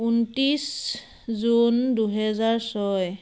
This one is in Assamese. ঊনত্ৰিছ জুন দুহেজাৰ ছয়